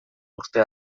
urte